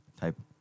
type